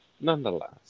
nonetheless